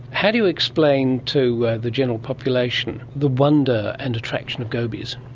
how do you explain to the general population the wonder and attraction of gobies?